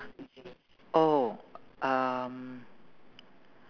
oh um